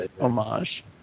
homage